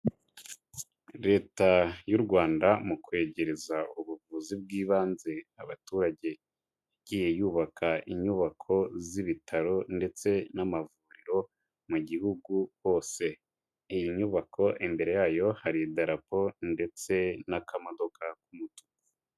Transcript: Leta y'u Rwanda mu kwegereza ubuvuzi bw'ibanze abaturage yagiye yubaka inyubako z'ibitaro ndetse n'amavuriro mu gihugu hose. Iyi nyubako imbere yayo hari Idarapo ndetse n'akamodoka k'umutuku.